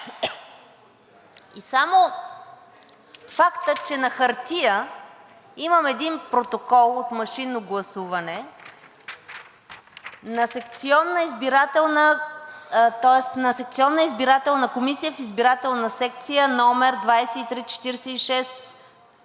И само фактът, че на хартия имам един протокол от машинно гласуване на секционна избирателна комисия в избирателна секция № 2346-166,